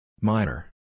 Minor